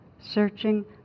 searching